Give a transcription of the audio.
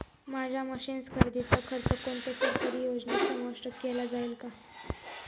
माझ्या मशीन्स खरेदीचा खर्च कोणत्या सरकारी योजनेत समाविष्ट केला जाईल का?